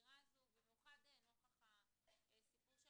בזירה הזו במיוחד נוכח הסיפור של